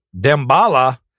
Dembala